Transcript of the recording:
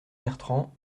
bertrand